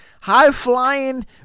high-flying